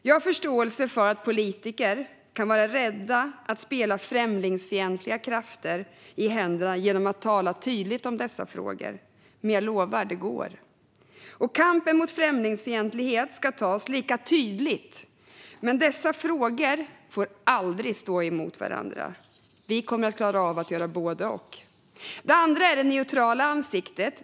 Jag har förståelse för att politiker kan vara rädda att spela främlingsfientliga krafter i händerna genom att tala tydligt om dessa frågor, men jag lovar att det går. Kampen mot främlingsfientlighet ska tas lika tydligt, men dessa frågor får aldrig stå emot varandra. Vi kommer att klara av att göra både och. Det andra är det neutrala ansiktet.